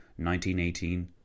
1918